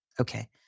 Okay